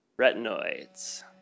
retinoids